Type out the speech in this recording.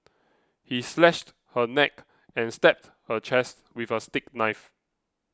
he slashed her neck and stabbed her chest with a steak knife